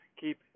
keep